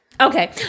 okay